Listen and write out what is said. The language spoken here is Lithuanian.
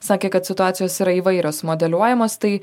sakė kad situacijos yra įvairios modeliuojamos tai